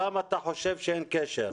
למה אתה חושב שאין קשר?